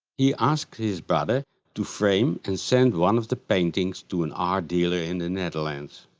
he asked his brother to frame and send one of the paintings to an art dealer in the netherlands.